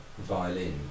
violin